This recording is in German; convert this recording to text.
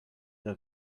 der